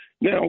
Now